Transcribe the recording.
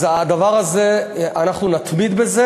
אז הדבר הזה, אנחנו נתמיד בו.